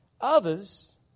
Others